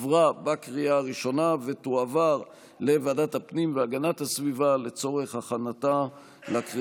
לוועדת הפנים והגנת הסביבה נתקבלה.